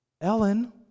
Ellen